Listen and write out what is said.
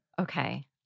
Okay